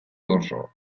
dorso